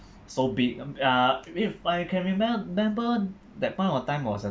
so big uh I mean I can remember that point of time was a